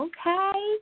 Okay